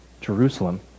Jerusalem